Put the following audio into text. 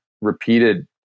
repeated